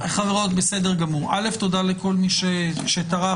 חברות, תודה לכל מי שטרח.